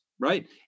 right